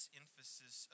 emphasis